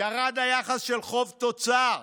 ירד היחס של חוב תוצר.